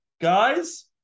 guys